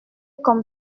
comme